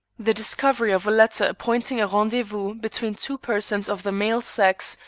the discovery of a letter appointing a rendezvous between two persons of the male sex,